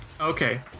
Okay